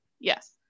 Yes